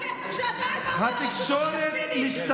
איפה הכסף שאתה העברת לרשות הפלסטינית בימי שישי?